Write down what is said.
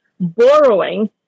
borrowing